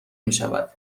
میشود